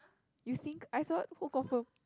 you think I thought who confirmed